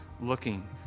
looking